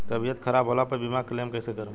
तबियत खराब होला पर बीमा क्लेम कैसे करम?